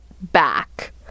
back